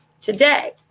today